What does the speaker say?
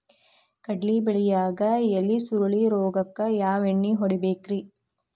ಕಡ್ಲಿ ಬೆಳಿಯಾಗ ಎಲಿ ಸುರುಳಿ ರೋಗಕ್ಕ ಯಾವ ಎಣ್ಣಿ ಹೊಡಿಬೇಕ್ರೇ?